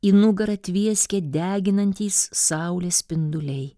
į nugarą tvieskė deginantys saulės spinduliai